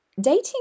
dating